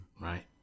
right